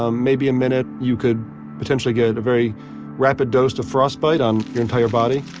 um maybe a minute. you could potentially get a very rapid dose to frostbite on your entire body.